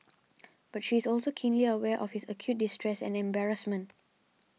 but she is also keenly aware of his acute distress and embarrassment